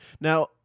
Now